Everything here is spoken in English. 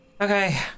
Okay